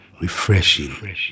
Refreshing